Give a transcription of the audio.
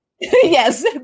yes